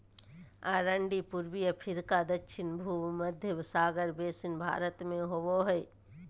अरंडी पूर्वी अफ्रीका दक्षिण भुमध्य सागर बेसिन भारत में होबो हइ